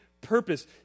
purpose